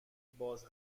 باز